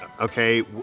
Okay